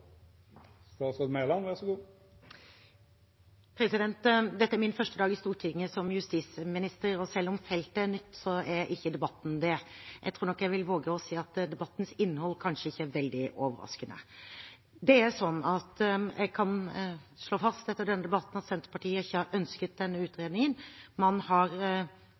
Dette er min første dag i Stortinget som justisminister, og selv om feltet er nytt, er ikke debatten det. Jeg tror nok jeg vil våge å si at debattens innhold kanskje ikke er veldig overraskende. Det er sånn at jeg kan slå fast etter denne debatten at Senterpartiet ikke har ønsket denne utredningen. Man har